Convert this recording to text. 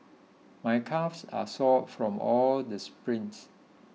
my calves are sore from all the sprints